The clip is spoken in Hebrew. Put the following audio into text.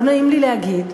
לא נעים לי להגיד,